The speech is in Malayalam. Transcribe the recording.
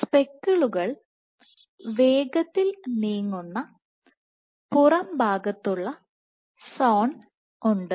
സ്പെക്കിളുകൾ വേഗത്തിൽ നീങ്ങുന്ന പുറം ഭാഗത്തുള്ള സോൺ ഉണ്ട്